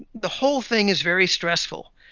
the whole thing is very stressful.